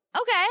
Okay